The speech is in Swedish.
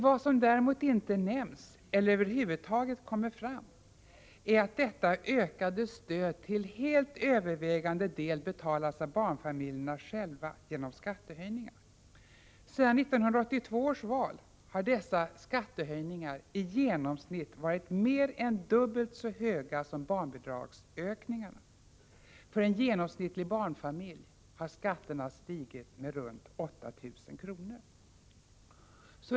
Vad som däremot inte framkommer eller över huvud taget nämns med ett enda ord är att detta ökade stöd till helt övervägande del betalats av barnfamiljerna själva genom skattehöjningar. Sedan 1982 års val har skattehöjningarna i genomsnitt varit mer än dubbelt så stora som barnbidragsökningarna. För en genomsnittlig barnfamilj har skatterna stigit med runt 8 000 kr.